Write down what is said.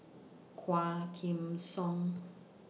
Quah Kim Song